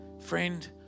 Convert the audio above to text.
Friend